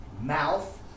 mouth